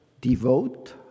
devote